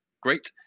Great